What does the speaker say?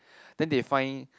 then they find